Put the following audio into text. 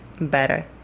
better